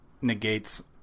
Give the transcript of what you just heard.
negates